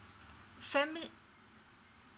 fami~